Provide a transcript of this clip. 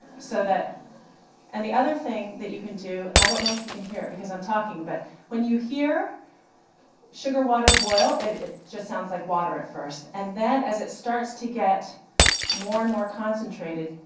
so and the other thing that you can do and i don't know if you can hear it because i'm talking but when you hear sugar water boil, it just sounds like water at first. and then, as it starts to get more and more concentrated,